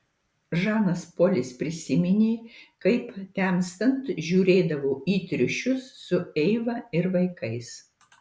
žanas polis prisiminė kaip temstant žiūrėdavo į triušius su eiva ir vaikais